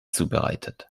zubereitet